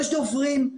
יש דוברים,